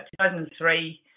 2003